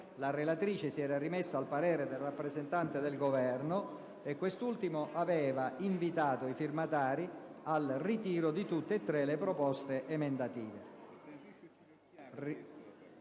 la relatrice si era rimessa al parere del rappresentante del Governo e quest'ultimo aveva invitato i firmatari al ritiro di tutte e tre le proposte emendative.